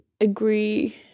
agree